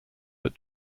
but